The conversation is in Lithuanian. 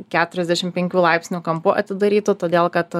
keturiasdešimt penkių laipsnių kampu atidarytų todėl kad